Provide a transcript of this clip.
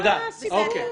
מה הסיפור?